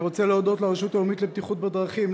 אני רוצה להודות לרשות הלאומית לבטיחות בדרכים,